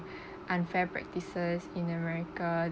unfair practices in america